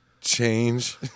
change